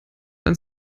ein